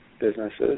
businesses